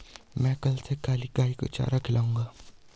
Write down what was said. मैं कल से काली गाय को चारा खिलाऊंगा